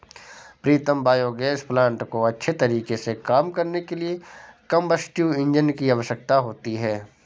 प्रीतम biogas plant को अच्छे तरीके से काम करने के लिए कंबस्टिव इंजन की आवश्यकता होती है